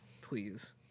Please